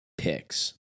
picks